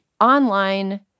online –